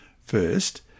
First